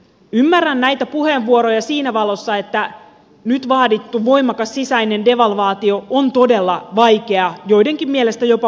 ymmärrän näitä puheenvuoroja siinä valossa että nyt vaadittu voimakas sisäinen devalvaatio on todella vaikea joidenkin mielestä jopa mahdoton tehtävä